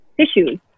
tissues